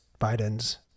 biden's